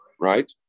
right